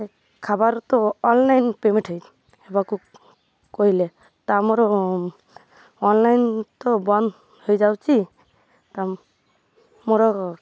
ଖାଇବାର୍ ତ online payment ହେଇ ହେବାକୁ କହିଲେ ତା ଆମର ଅନ୍ଲାଇନ୍ ତ ବନ୍ଦ ହେଇଯାଉଛି ତ ମୋର